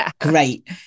great